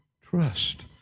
trust